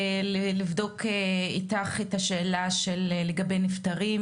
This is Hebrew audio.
ולבדוק איתך את השאלה לגבי נפטרים,